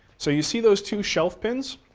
so you see those two shelf pins?